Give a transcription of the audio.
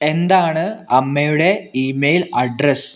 എന്താണ് അമ്മയുടെ email address